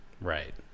Right